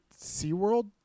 SeaWorld